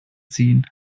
ziehen